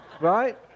Right